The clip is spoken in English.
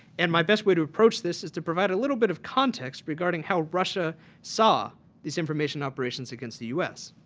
and my best way to approach this is to provide a little bit of context regarding how russia saw this information operations against the us.